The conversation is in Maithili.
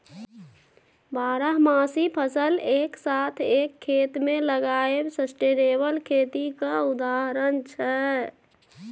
बारहमासी फसल एक साथ एक खेत मे लगाएब सस्टेनेबल खेतीक उदाहरण छै